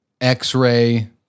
X-Ray